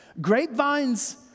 grapevines